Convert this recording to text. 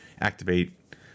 activate